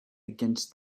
against